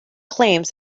claims